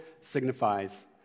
signifies